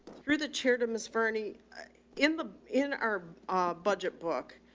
through the chair to ms bernie in the, in our budget book.